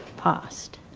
passed.